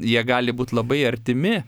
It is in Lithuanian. jie gali būt labai artimi